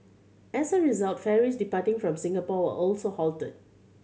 as a result ferries departing from Singapore were also halted